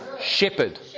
Shepherd